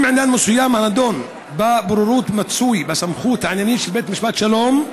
אם עניין מסוים הנדון בבוררות מצוי בסמכות העניינים של בית משפט השלום,